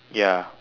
ya